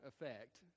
effect